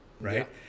right